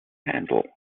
handle